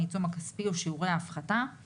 מי שירצה לעבוד בחו"ל יקים,